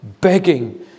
begging